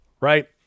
right